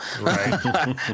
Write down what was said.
Right